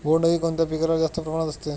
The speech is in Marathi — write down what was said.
बोंडअळी कोणत्या पिकावर जास्त प्रमाणात असते?